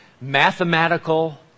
mathematical